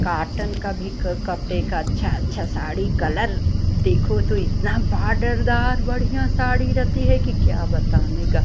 cotton के भी कपड़े का अच्छी अच्छी साड़ी कलर देखो तो इतना बाडरदार बढ़िया साड़ी रहती है कि क्या बताने का